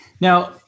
Now